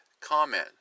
comment